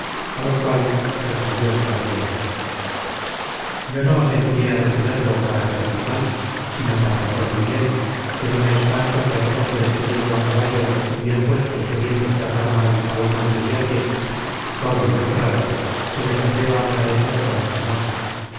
a lo cual respondió el caballero yo no os envié a detenerlo para hacerle mal sino para hacerle bien que no me espanto que a dos hombres que yendo a caballo y bien puestos queriendo tratar mal a un hombre de a pie solo y honrado se les atreva a eso y a mucho más